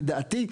לדעתי,